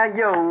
yo